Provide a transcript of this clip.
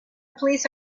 police